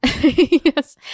yes